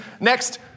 next